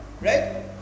Right